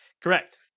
Correct